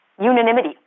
unanimity